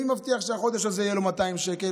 מי מבטיח שהחודש הזה יהיו לו 200 שקל?